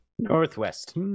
Northwest